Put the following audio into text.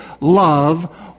love